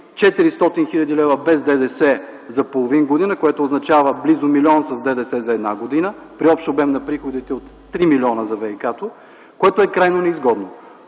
400 хил. лв. без ДДС за половин година, което означава близо милион с ДДС за една година при общ обем на приходите от 3 млн. за ВиК-то, което е крайно неизгодно.